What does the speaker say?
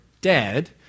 dead